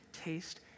Taste